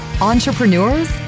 entrepreneurs